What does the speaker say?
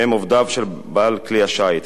שהם עובדיו של בעל כלי השיט.